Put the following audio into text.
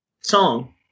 song